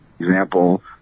example